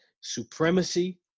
supremacy